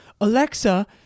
Alexa